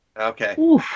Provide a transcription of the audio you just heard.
Okay